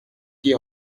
qui